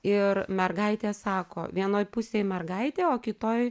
ir mergaitė sako vienoj pusėj mergaitė o kitoj